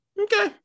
okay